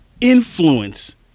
influence